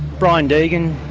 brian deegan,